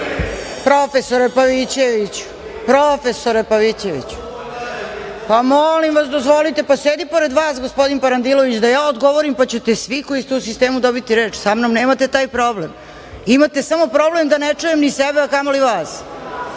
poljoprivrede…Profesore Pavićeviću, pa, molim vas, dozvolite, sedi pored vas gospodin Parandilović, da ja odgovorim, pa ćete svi koji ste u sistemu dobiti reč. Sa mnom nemate taj problem. Imate samo problem da ne čujem ni sebe, a kamoli vas. Ako